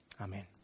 Amen